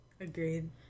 Agreed